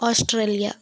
Australia